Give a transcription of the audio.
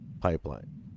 pipeline